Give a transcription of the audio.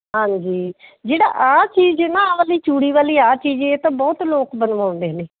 ਹਾਂਜੀ ਜਿਹੜਾ ਆਹ ਚੀਜ਼ ਹੈ ਨਾ ਆਹ ਵਾਲੀ ਚੂੜੀ ਵਾਲੀ ਆਹ ਚੀਜ਼ ਇਹ ਤਾਂ ਬਹੁਤ ਲੋਕ ਬਣਵਾਉਂਦੇ ਨੇ